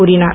கூறினார்